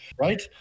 right